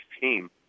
team